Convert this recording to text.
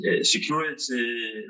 security